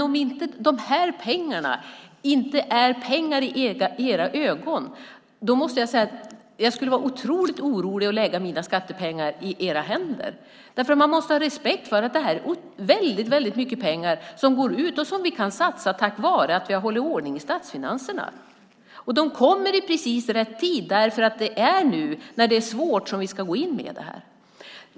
Om de här pengarna inte är pengar i era ögon skulle jag, måste jag säga, vara otroligt orolig för att lägga mina skattepengar i era händer. Man måste ha respekt för att det är väldigt mycket pengar som går ut och som vi kan satsa tack vare att vi har hållit ordning på statsfinanserna. Pengarna kommer i precis rätt tid därför att det är nu när det är svårt som vi ska gå in med detta.